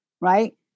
Right